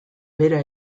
bera